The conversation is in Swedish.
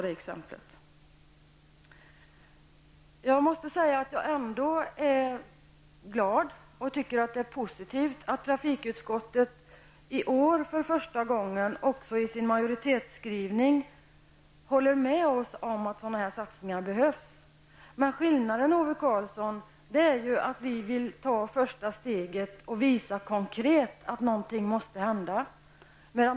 Jag måste ändå säga att jag är glad och att jag tycker att det är positivt att trafikutskottet nu för första gången i sin majoritetsskrivning håller med oss om att sådana här satsningar behövs. Men det finns en skillnad, Ove Karlsson, och det är att vi vill att första steget tas och att vi vill visa konkret att något måste hända.